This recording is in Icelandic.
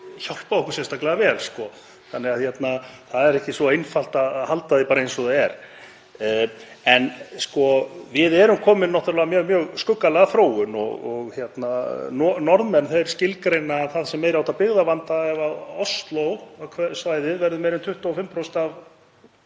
hjálpað okkur sérstaklega vel, þannig að það er ekki svo einfalt að halda því bara eins og það er. En við erum náttúrlega komin með mjög skuggalega þróun og Norðmenn skilgreina það sem meiri háttar byggðavanda ef Oslóarsvæðið verður meira en 25% af